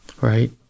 Right